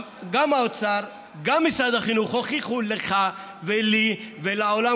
גם האוצר וגם משרד החינוך הוכיחו לך ולי ולעולם